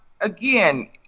again